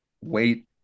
wait